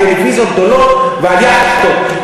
על טלוויזיות גדולות ועל יאכטות.